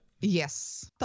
Yes